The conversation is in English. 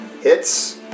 Hits